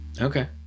Okay